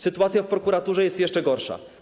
Sytuacja w prokuraturze jest jeszcze gorsza.